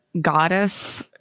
goddess